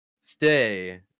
stay